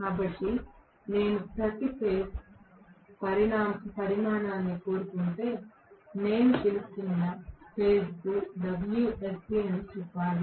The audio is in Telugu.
కాబట్టి నేను ప్రతి ఫేజ్ పరిమాణాన్ని కోరుకుంటే నేను పిలుస్తున్న ఫేజ్ కు Wsc చెప్పాలి